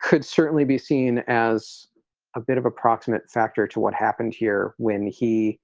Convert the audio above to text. could certainly be seen as a bit of a proximate factor to what happened here when he